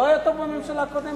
לא היה טוב בממשלה הקודמת,